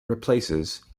replaces